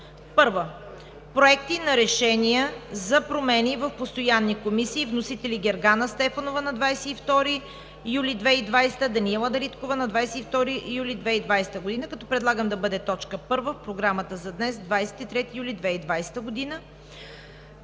1. Проекти на решения за промени в постоянни комисии. Вносители са Гергана Стефанова на 22 юли 2020 г., Даниела Дариткова на 22 юли 2020 г. Предлагам да бъде точка първа в Програмата за днес – 23 юли 2020 г.